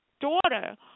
daughter